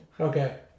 okay